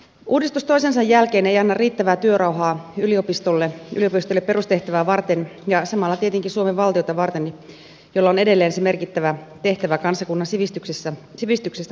uudistus toisensa jälkeen ei anna riittävää työrauhaa yliopistoille perustehtävää varten ja samalla tietenkin suomen valtiota varten jolla on edelleen se merkittävä tehtävä kansakunnan sivistyksestä huolehdittaessa